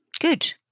good